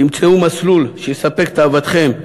תמצאו מסלול שיספק תאוותכם,